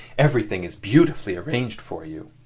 everything is beautifully arranged for you.